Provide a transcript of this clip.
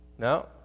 No